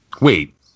Wait